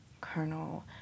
Colonel